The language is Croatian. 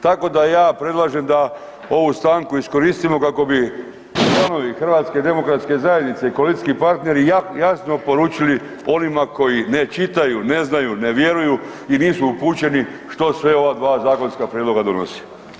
Tako da ja predlažem da ovu stanku iskoristimo kako bi članovi HDZ-a i koalicijski partneri jasno poručili onima koji ne čitaju, ne znaju, ne vjeruju i nisu upućeni što sve ova dva zakonska prijedloga donose.